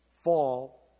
Fall